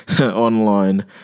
online